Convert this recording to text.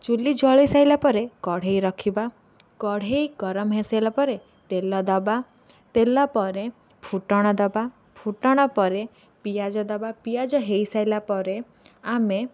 ଚୁଲି ଜଳାଇ ସାଇଲାପରେ କଢ଼େଇ ରଖିବା କଢ଼େଇ ଗରମ ହୋଇସାଇଲା ପରେ ତେଲ ଦେବା ତେଲ ପରେ ଫୁଟଣ ଦେବା ଫୁଟଣ ପରେ ପିଆଜ ଦେବା ପିଆଜ ହୋଇସାଇଲା ପରେ ଆମେ